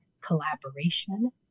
collaboration